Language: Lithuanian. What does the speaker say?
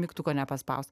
mygtuko nepaspaus